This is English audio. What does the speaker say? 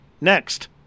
Next